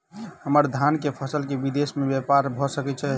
हम्मर धान केँ फसल केँ विदेश मे ब्यपार भऽ सकै छै?